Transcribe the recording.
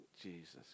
Jesus